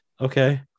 Okay